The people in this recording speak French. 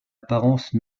apparence